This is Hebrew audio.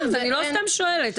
אני לא סתם שואלת.